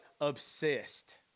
obsessed